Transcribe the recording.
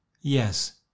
Yes